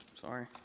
sorry